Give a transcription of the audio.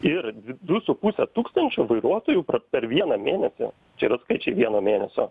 ir du su puse tūkstančio vairuotojų per vieną mėnesį čia yra skaičiai vieno mėnesio